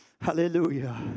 Hallelujah